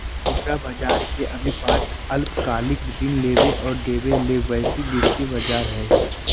मुद्रा बज़ार के अभिप्राय अल्पकालिक ऋण लेबे और देबे ले वैश्विक वित्तीय बज़ार हइ